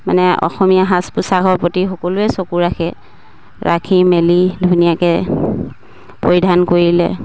মানে অসমীয়া সাজ পোছাকৰ প্ৰতি সকলোৱে চকু ৰাখে ৰাখি মেলি ধুনীয়াকে পৰিধান কৰিলে